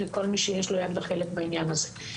וכל מי שיש לו יד וחלק בעניין הזה.